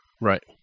Right